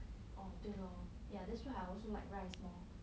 orh 对 lor yeah that's why I also like rice more